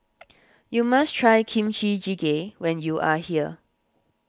you must try Kimchi Jjigae when you are here